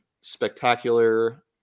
spectacular